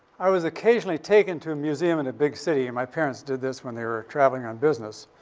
i was occasionally taken to a museum in a big city. and my parents did this when they were traveling on business.